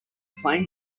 playing